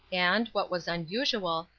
and, what was unusual,